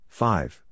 five